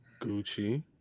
Gucci